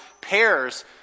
pairs